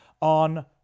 on